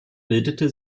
bildete